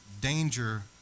danger